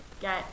Get